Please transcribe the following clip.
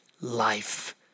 life